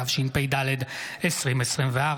התשפ"ד 2024,